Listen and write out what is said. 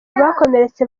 abakomeretse